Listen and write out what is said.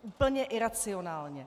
Úplně iracionálně.